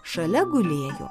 šalia gulėjo